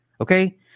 Okay